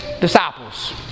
disciples